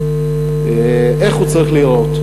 איך הוא צריך להיראות.